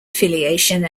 affiliation